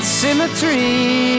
symmetry